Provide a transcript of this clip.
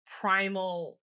primal